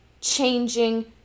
changing